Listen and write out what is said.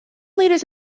leaders